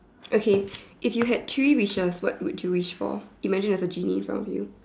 okay if you had three wishes what would you wish for imagine there's a genie in front of you